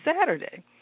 Saturday